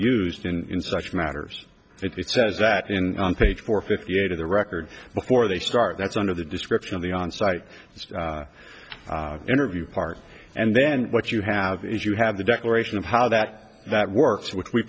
used in such matters it says that in on page four fifty eight of the record before they start that's one of the description of the on site interview part and then what you have is you have the declaration of how that that works which we